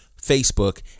Facebook